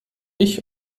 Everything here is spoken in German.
ich